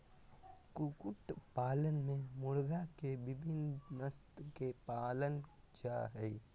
कुकुट पालन में मुर्गी के विविन्न नस्ल के पालल जा हई